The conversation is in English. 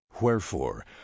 Wherefore